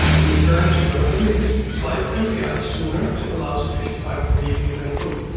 we encourage relevant pages to apply for npi sooner to allow sufficient time for review and approval.